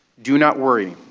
do not worry.